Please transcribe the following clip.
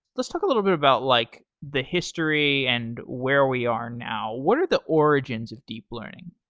let's talk a little bit about like the history and where we are now. what are the origins of deep learning?